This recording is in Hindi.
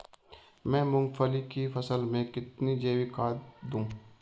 मैं मूंगफली की फसल में कितनी जैविक खाद दूं?